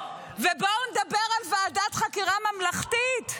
--- ובואו נדבר על ועדת חקירה ממלכתית.